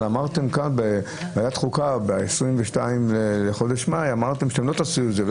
אבל אמרתם בוועדת חוקה ב-22 במאי שלא תעשו את זה".